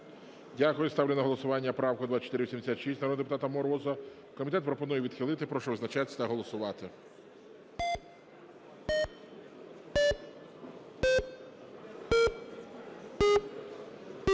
Дякую. Ставлю на голосування правку 2486, народного депутата Мороза. Комітет пропонує відхилити. Прошу визначатись та голосувати.